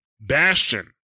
Bastion